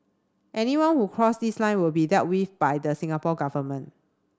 anyone who would cross this line will be dealt with by the Singapore Government